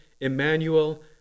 Emmanuel